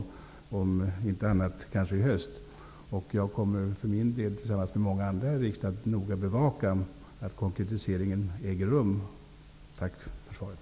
Om inte annat så kanske i höst. Jag kommer för min del tillsammans med många andra i riksdagen att noga bevaka att konkretiseringen äger rum. Tack för svaret.